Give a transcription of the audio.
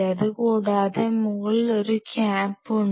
അതുകൂടാതെ മുകളിൽ ഒരു ക്യാപ്പ് ഉണ്ട്